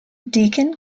deakin